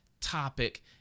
topic